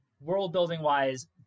world-building-wise